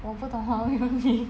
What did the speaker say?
我不懂华文名